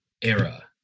era